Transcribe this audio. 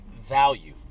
value